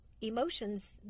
emotions